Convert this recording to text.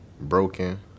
broken